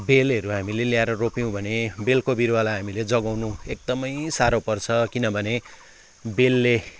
बेलहरू हामीले ल्याएर रोप्यौँ भने बेलको बिरुवालाई हामीले जगाउनु एकदमै साह्रो पर्छ किनभने बेलले